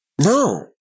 No